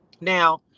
Now